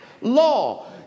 law